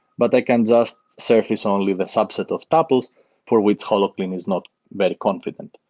but i can just surface only the subset of topples for which holoclean is not very confident,